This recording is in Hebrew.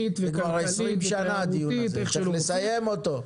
כבר 20 שנה הדיון הזה, צריך לסיים אותו.